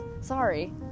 Sorry